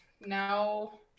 now